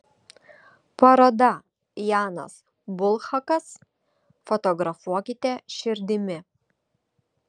paroda janas bulhakas fotografuokite širdimi